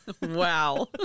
Wow